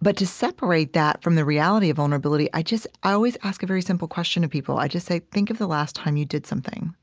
but to separate that from the reality of vulnerability, i always ask a very simple question to people. i just say think of the last time you did something